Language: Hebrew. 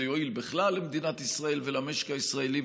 זה יועיל בכלל למדינת ישראל ולמשק הישראלי,